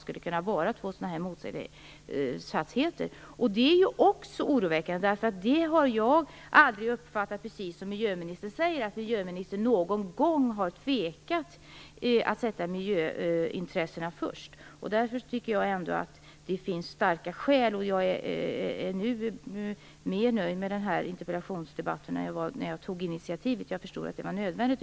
Detta är också oroväckande eftersom jag aldrig har uppfattat att miljöministern någon gång har tvekat att sätta miljöintressena främst. Miljöministern säger också att hon inte har gjort det. Jag är nu mer nöjd med den här interpellationsdebatten än jag var när jag tog initiativ till den. Jag förstår att den var nödvändig.